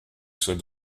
soit